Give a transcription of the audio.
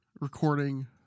recording